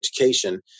education